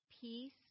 peace